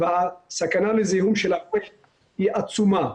והסכנה לזיהום הוא עצומה.